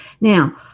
Now